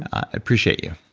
appreciate you.